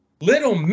Little